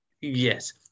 Yes